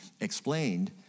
explained